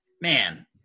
man